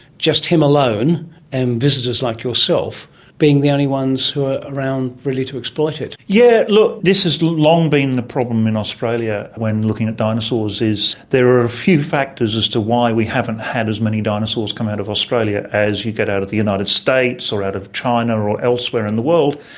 just him alone and visitors like yourself being the only ones who are around really to exploit it. yes, yeah look, this has long been the problem in australia when looking at dinosaurs, is there are a few factors as to why we haven't had as many dinosaurs come out of australia as you get out of the united states or out of china or or elsewhere in the world,